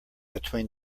between